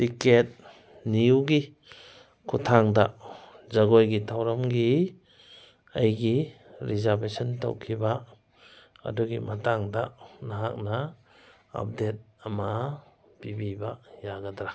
ticket ꯅꯤꯎꯒꯤ ꯈꯨꯊꯥꯡꯗ ꯖꯒꯣꯏꯒꯤ ꯊꯧꯔꯝꯒꯤ ꯑꯩꯒꯤ ꯔꯤꯖꯥꯔꯕꯦꯁꯟ ꯇꯧꯈꯤꯕ ꯑꯗꯨꯒꯤ ꯃꯇꯥꯡꯗ ꯅꯍꯥꯛꯅ ꯑꯞꯗꯦꯗ ꯑꯃ ꯄꯤꯕꯤꯕ ꯌꯥꯒꯗ꯭ꯔꯥ